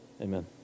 Amen